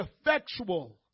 effectual